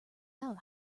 out